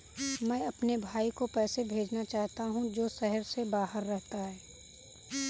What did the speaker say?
मैं अपने भाई को पैसे भेजना चाहता हूँ जो शहर से बाहर रहता है